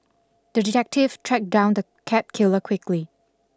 the detective tracked down the cat killer quickly